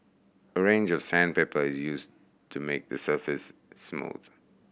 a range of sandpaper is used to make the surface smooth